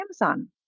Amazon